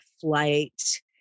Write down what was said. flight